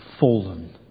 Fallen